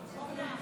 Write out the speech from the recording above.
אורנה.